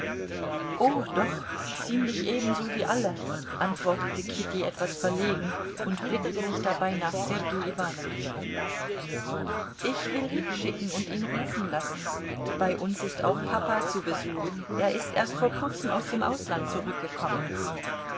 o doch ziemlich ebenso wie alle antwortete kitty etwas verlegen und blickte sich dabei nach sergei iwanowitsch um ich will hinschicken und ihn rufen lassen bei uns ist auch papa zu besuch er ist erst vor kurzem aus dem ausland zurückgekommen